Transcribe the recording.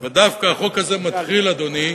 אבל דווקא החוק הזה מתחיל, אדוני,